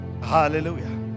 hallelujah